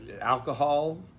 alcohol